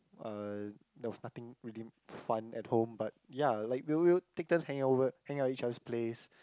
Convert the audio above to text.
uh there was nothing really fun at home but ya like we'll we'll take turns hanging over hang out at each other's place